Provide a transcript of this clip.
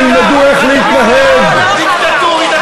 זה דיקטטורה,